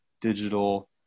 digital